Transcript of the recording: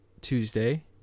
Tuesday